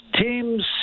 teams